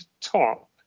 top